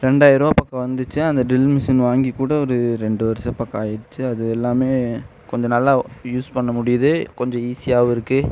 ரெண்டாயிரூவா பக்கம் வந்துச்சு அந்த ட்ரில் மிஷின் வாங்கி கூட ஒரு ரெண்டு வருசம் பக்கம் ஆயிருச்சு அது எல்லாமே கொஞ்சம் நல்லா யூஸ் பண்ண முடியுது கொஞ்சம் ஈஸியாகவும் இருக்குது